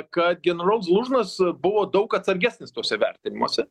kad generolas zalužnas buvo daug atsargesnis tuose vertinimuose